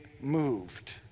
moved